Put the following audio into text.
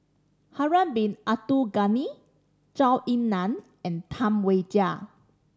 Harun Bin Abdul Ghani Zhou Ying Nan and Tam Wai Jia